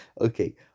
Okay